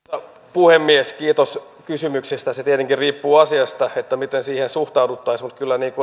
puhemies kiitos kysymyksestä se tietenkin riippuu asiasta miten siihen suhtauduttaisiin mutta